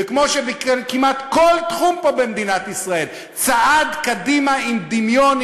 וכמו שכמעט כל תחום פה במדינת ישראל צעד קדימה עם דמיון,